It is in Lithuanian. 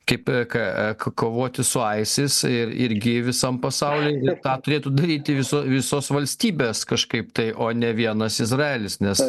kaip ka kovoti su isis ir irgi visam pasauly ir tą turėtų daryti viso visos valstybės kažkaip tai o ne vienas izraelis nes